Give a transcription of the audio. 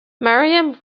maryam